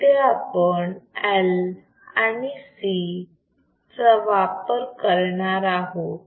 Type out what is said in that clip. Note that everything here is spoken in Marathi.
तिथे आपण L आणि C चा वापर करणार आहोत